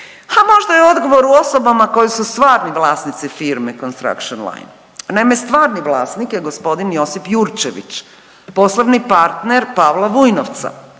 Ha možda je odgovor u osobama koje su stvarni vlasnici firme Construction Line. Naime, stvarni vlasnik je g. Josip Jurčević poslovni partner Pavla Vujnovca